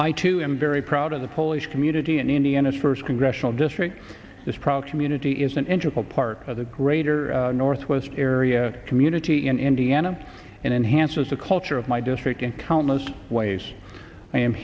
i too am very proud of the polish community and indiana's first congressional district this product community is an integral part of the greater northwest area community in indiana and enhances the culture of my district in countless ways i am